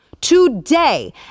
today